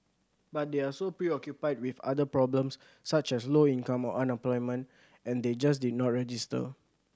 but they are so preoccupied with other problems such as low income or unemployment and they just did not register